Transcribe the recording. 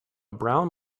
brown